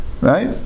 Right